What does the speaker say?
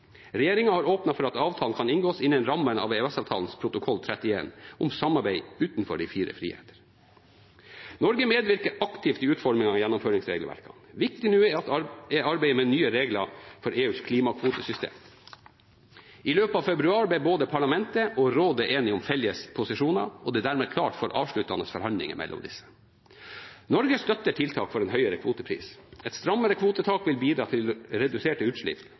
har åpnet for at avtalen kan inngås innen rammen av EØS-avtalens protokoll 31 om samarbeid utenfor de fire friheter. Norge medvirker aktivt i utforming av gjennomføringsregelverkene. Viktig nå er arbeidet med nye regler for EUs klimakvotesystem. I løpet av februar ble både parlamentet og rådet enige om felles posisjoner, og det er dermed klart for avsluttende forhandlinger mellom disse. Norge støtter tiltak for en høyere kvotepris. Et strammere kvotetak vil bidra til reduserte utslipp,